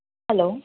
hello